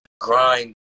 grind